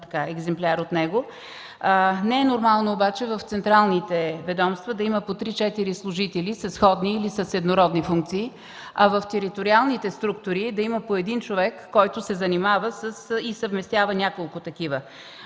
екземпляр от него. Не е нормално обаче в централните ведомства да има по три-четири служители със сходни или еднородни функции, а в териториалните функции да има по един човек, който се занимава и съвместява няколко такива.